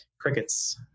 crickets